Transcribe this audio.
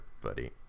buddy